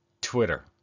Twitter